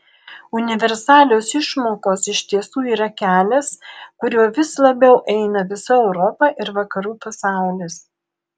universalios išmokos iš tiesų yra kelias kuriuo vis labiau eina visa europa ir vakarų pasaulis